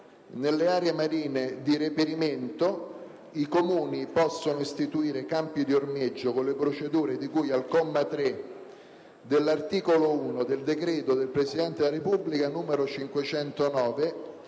Nelle aree marine di reperimento i Comuni possono istituire campi di ormeggio con le procedure di cui al comma 3 dell'articolo 1 del decreto del Presidente della Repubblica n. 509